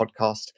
podcast